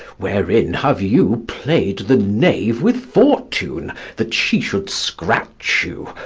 wherein have you played the knave with fortune, that she should scratch you,